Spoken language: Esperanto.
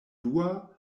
dua